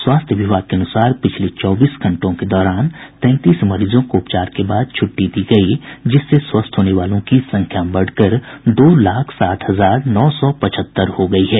स्वास्थ्य विभाग के अनुसार पिछले चौबीस घंटों के दौरान तैंतीस मरीजों को उपचार के बाद छुट्टी दी गयी जिससे स्वस्थ होने वालों की संख्या बढ़कर दो लाख साठ हजार नौ सौ पचहत्तर हो गयी है